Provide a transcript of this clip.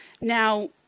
now